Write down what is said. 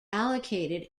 allocated